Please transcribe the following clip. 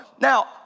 Now